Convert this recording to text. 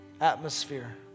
atmosphere